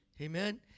Amen